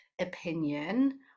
opinion